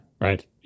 right